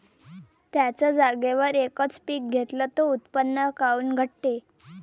थ्याच जागेवर यकच पीक घेतलं त उत्पन्न काऊन घटते?